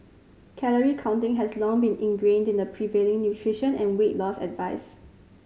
calorie counting has long been ingrained in the prevailing nutrition and weight loss advice